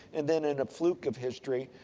and, then in a fluke of history,